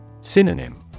Synonym